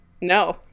No